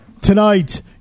tonight